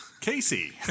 Casey